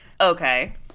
Okay